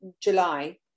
July